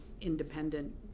independent